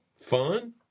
fun